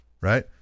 right